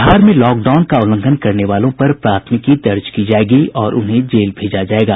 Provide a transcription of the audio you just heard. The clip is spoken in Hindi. बिहार में लॉक डाउन का उल्लंघन करने वालों पर प्राथमिकी दर्ज की जायेगी और उन्हें जेल भेजा जायेगा